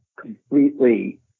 completely